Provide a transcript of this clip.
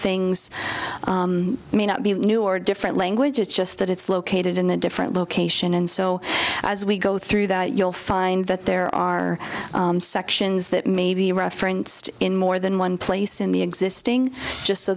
things may not be new or different languages just that it's located in a different location and so as we go through that you'll find that there are sections that may be referenced in more than one place in the existing just so